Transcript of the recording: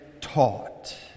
taught